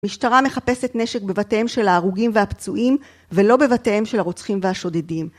המשטרה מחפשת נשק בבתיהם של ההרוגים והפצועים, ולא בבתיהם של הרוצחים והשודדים.